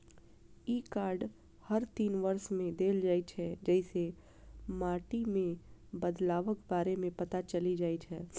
ई card हर तीन वर्ष मे देल जाइ छै, जइसे माटि मे बदलावक बारे मे पता चलि जाइ छै